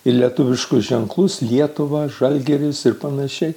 lietuviškus ženklus lietuva žalgiris ir panašiai